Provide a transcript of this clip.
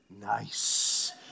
nice